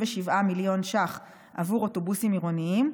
מיליון ש"ח עבור אוטובוסים עירוניים,